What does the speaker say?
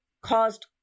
caused